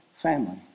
family